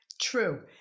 True